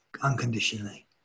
unconditionally